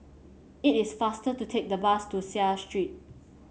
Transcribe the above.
it is faster to take the bus to Seah Street